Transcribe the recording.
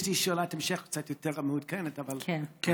יש לי שאלת המשך קצת יותר מעודכנת, אבל כן.